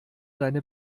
deine